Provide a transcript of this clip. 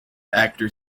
actor